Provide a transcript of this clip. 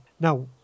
Now